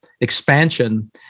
expansion